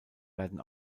werden